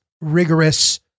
rigorous